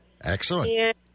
Excellent